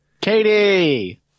Katie